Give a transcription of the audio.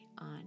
on